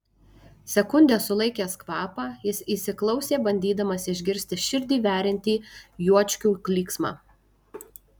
sekundę sulaikęs kvapą jis įsiklausė bandydamas išgirsti širdį veriantį juočkių klyksmą